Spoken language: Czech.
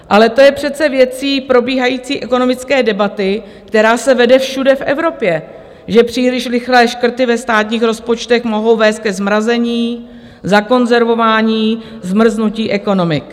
Ale to je přece věcí probíhající ekonomické debaty, která se vede všude v Evropě, že příliš rychlé škrty ve státních rozpočtech mohou vést ke zmrazení, zakonzervování, zmrznutí ekonomik.